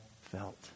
felt